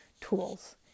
tools